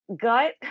gut